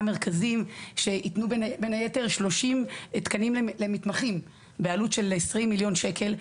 מרכזים שיתנו בין היתר 30 תקנים למתמחים בעלות של 20 או 30 מיליון שקל,